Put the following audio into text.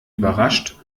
überrascht